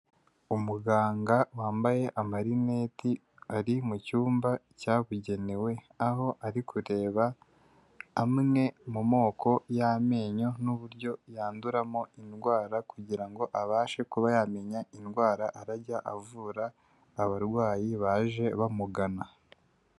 Umuganga wambaye amarineti ari mu cyumba cyabugenewe, aho ari kureba amwe mu moko y'amenyo n'uburyo yanduramo indwara, kugira ngo abashe kuba yamenya indwara arajya avura abarwayi baje bamugana.